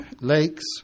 lakes